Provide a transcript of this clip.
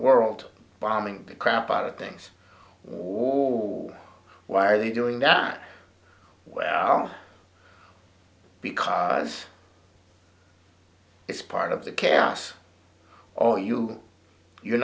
world bombing the crap out of things war why are they doing that well because it's part of the chaos or you you're